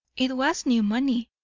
it was new money.